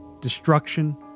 destruction